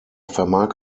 vermag